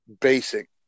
basic